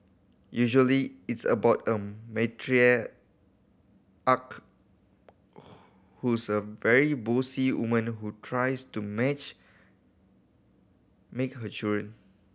usually it's about a matriarch who's a very bossy woman who tries to match make her children